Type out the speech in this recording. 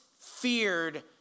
feared